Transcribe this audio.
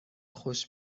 خوش